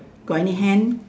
got any hand